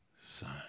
son